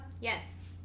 Yes